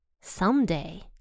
Someday